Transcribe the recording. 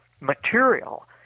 material